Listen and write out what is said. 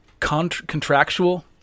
contractual